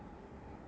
um